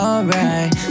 Alright